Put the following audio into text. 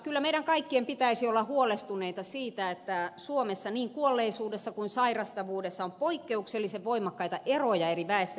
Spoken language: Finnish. kyllä meidän kaikkien pitäisi olla huolestuneita siitä että suomessa niin kuolleisuudessa kuin sairastavuudessakin on poikkeuksellisen voimakkaita eroja eri väestöryhmien kesken